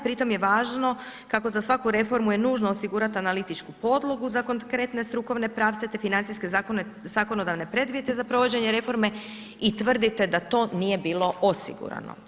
Pritom je važno, kako za svaku reformu je nužno osigurati analitičku podlogu za konkretne strukovne pravce te financijske zakonodavne preduvjete za provođenje reforme i tvrdite da to nije bilo osigurano.